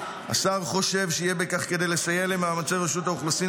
השר חושב שיהיה בכך כדי לסייע למאמצי רשות האוכלוסין